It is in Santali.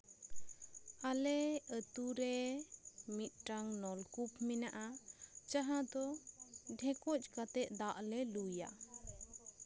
ᱟᱞᱮ ᱟᱛᱳᱨᱮ ᱢᱤᱫᱴᱟᱝ ᱱᱚᱞᱠᱩᱯ ᱢᱮᱱᱟᱜᱼᱟ ᱰᱷᱮᱠᱚᱡᱽ ᱠᱟᱛᱮᱜ ᱫᱟᱜᱞᱮ ᱞᱩᱭᱟ